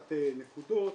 קצת נקודות.